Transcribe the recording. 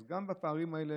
אז גם את הפערים האלה,